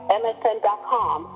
msn.com